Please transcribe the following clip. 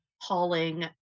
hauling